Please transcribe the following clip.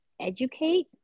educate